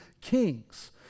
kings